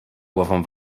głową